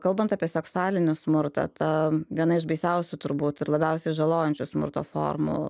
kalbant apie seksualinį smurtą ta viena iš baisiausių turbūt ir labiausiai žalojančių smurto formų